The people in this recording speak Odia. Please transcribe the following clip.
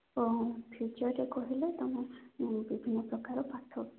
ହଁ ଫ୍ୟୁଚରରେ କହିଲେ ତୁମେ ବିଭିନ୍ନ ପ୍ରକାର ପାଠ